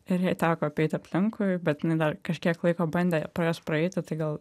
ir jai teko apeiti aplinkui bet dar kažkiek laiko bandė pro juos praeiti tai gal